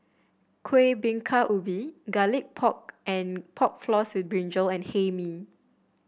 Kuih Bingka Ubi Garlic Pork and Pork Floss with brinjal and Hae Mee